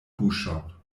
buŝon